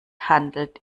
handelt